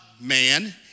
man